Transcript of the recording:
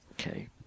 okay